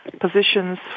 positions